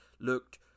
looked